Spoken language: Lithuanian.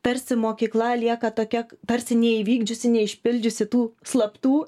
tarsi mokykla lieka tokia tarsi neįvykdžiusi neišpildžiusi tų slaptų